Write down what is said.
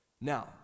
Now